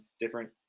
different